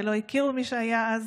ולא הכירו במי שהיה אז